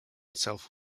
self